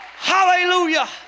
Hallelujah